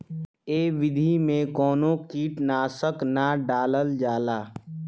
ए विधि में कवनो कीट नाशक ना डालल जाला